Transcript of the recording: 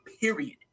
Period